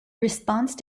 response